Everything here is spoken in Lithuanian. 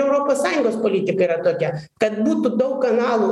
europos sąjungos politika yra tokia kad būtų daug kanalų